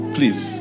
Please